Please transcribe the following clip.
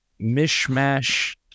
mishmash